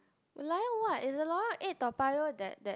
Lorong what is the Lorong Eight Toa-Payoh that that